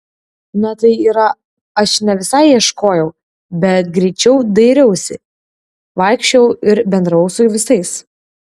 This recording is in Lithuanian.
na tai yra aš ne visai ieškojau bet greičiau dairiausi vaikščiojau ir bendravau su visais